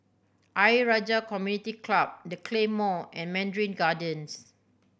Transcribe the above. Ayer Rajah Community Club The Claymore and Mandarin Gardens